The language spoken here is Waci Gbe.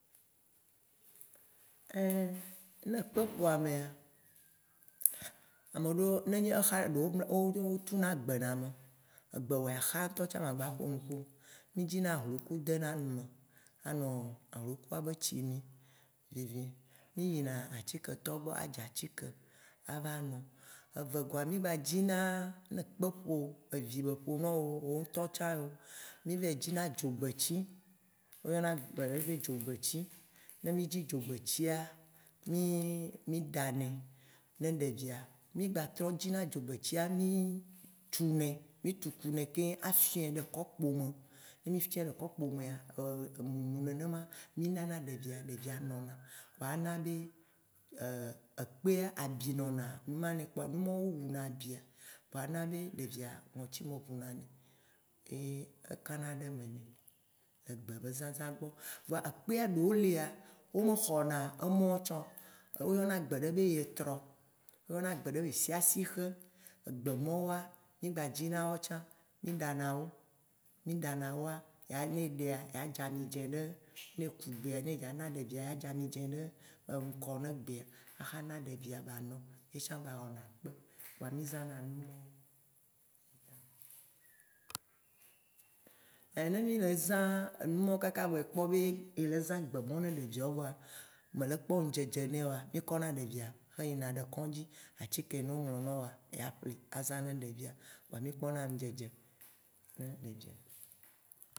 Ne kpe ƒo amea ame ɖowo nenyie exa amea otsu na gbe ne ame, egbewò axa ŋtɔ tsã ma gba aƒo nuƒo o. Mì dzina hloku dena nu me, anɔ hlokua be tsi mim Vivi. Mì yina atiketɔwo gbɔ adzi atike ava no. Evegɔa mì gba dzina ne ekpe ƒo wò, evi be ƒo nawo, wò ŋtɔ tsã yewo, mì va yi dzina dzogbeti, wo yɔna gbe ɖe be dzogbeti. Ne mì dzi dzogbetia, mì mì ɖanɛ ne ɖevia, mì gba trɔ dzina dzogbetia, mì tu nɛ, mì tugu nɛ keŋ aƒiɔɛ ɖe kopo me. Ne mì fiɔɛ ɖe kopo mea, mumu nenema, mi nana ɖevia, ɖevia nona. Kpoa enana be ekpea, abi nɔna numa nɛ kpoa numɔwoe wuna abia kpoa ana be ɖevia, ŋɔtime ʋuna nɛ, ye ekana ɖe eme nɛ le egbe be zãzã gbɔ. Voa ekpea ɖewo lia, wo me xɔna emɔwo tsã o, wo yɔna gbe ɖe be yetrɔ, wo yɔna gbe ɖe be siasixe. Egbe mawoea mì gba dzina woawo tsã, mì ɖana woa, ya ne eɖea, ya dza amidzĩ ɖe, ne ku gbea ne ya na ɖevia ya dza midzĩ ɖe ŋkɔ ne gbea, axa na ɖevia ba no. Ye tsã gba wɔna kpe, kpoa mì zãna numɔwo. Ne mì le zã enumɔwo kaka vɔ ekpɔ be ye le zã gbe mɔwo ne ɖeviawo vɔa mele kpɔ ŋdzedze nɛ oa, mì kɔna ɖevia kɔ yina ɖe kɔŋdzi, atike ne wo ŋlɔ na oa. ya ƒli azã ne ɖevia kpoa mìkpɔna ŋdzedze ne ɖevia